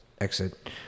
exit